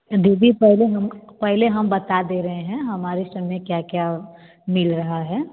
दीदी पहले हमे पहले हम बता दे रहे हैं हमारे समय क्या क्या मिल रहा है